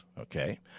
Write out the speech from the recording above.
Okay